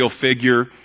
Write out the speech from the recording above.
figure